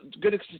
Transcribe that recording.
good